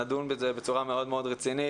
נדון בזה בצורה מאוד רצינית,